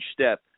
step